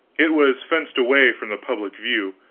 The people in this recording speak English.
it was fenced away from the public view,